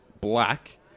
black